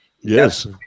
Yes